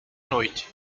noite